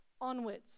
onwards